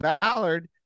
Ballard